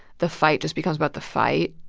the fight just becomes about the fight.